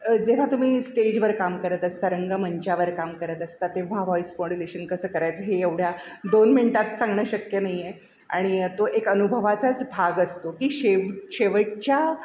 जेव्हा तुम्ही स्टेजवर काम करत असता रंगमंचावर काम करत असता तेव्हा व्हॉईस मॉड्युलेशन कसं करायचं हे एवढ्या दोन मिनटात सांगणं शक्य नाही आहे आणि तो एक अनुभवाचाच भाग असतो की शेव शेवटच्या